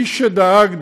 מי שדאג,